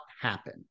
happen